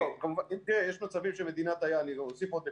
אני אוסיף עוד נקודה.